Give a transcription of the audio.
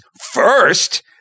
First